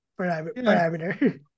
parameter